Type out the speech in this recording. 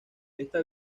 esta